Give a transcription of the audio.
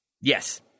Yes